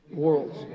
worlds